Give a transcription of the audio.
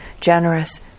generous